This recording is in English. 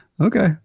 okay